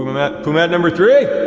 pumat, pumat number three?